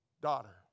daughter